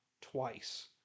twice